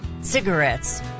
cigarettes